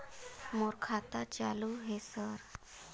मोर खाता चालु हे सर?